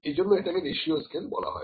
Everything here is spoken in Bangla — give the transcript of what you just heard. এ জন্য এটাকে রেশিও স্কেল বলা হয়